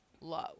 low